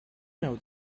know